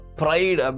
pride